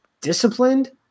Disciplined